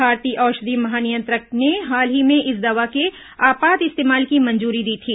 भारतीय औषधि महानियंत्रक ने हाल ही में इस दवा के आपात इस्तेमाल की मंजूरी दी थी